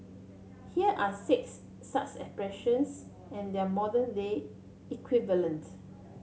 here are six such expressions and their modern day equivalent